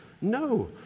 No